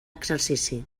exercici